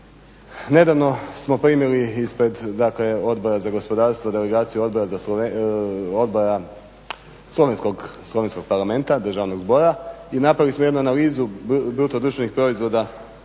nedavno smo primili ispred dakle Odbora za gospodarstvo delegaciju odbora Slovenskog parlamenta Državnog zbora i napravili smo jednu analizu BDP-a Hrvatske